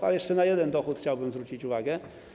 Ale na jeszcze jeden dochód chciałbym zwrócić uwagę.